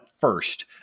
first